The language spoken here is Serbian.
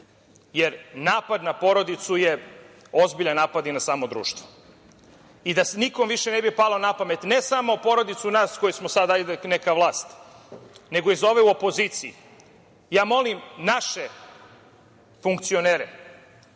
jer napad na porodicu je ozbiljan napad i na samo društvo, i da nikom više ne bi palo na pamet, ne samo porodice nas koji smo sada neka vlast, nego i za ove u opoziciji. Molim naše funkcionere,